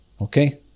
Okay